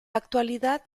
actualidad